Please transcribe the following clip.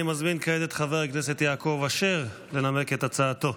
אני מזמין כעת את חבר הכנסת יעקב אשר לנמק את הצעתו.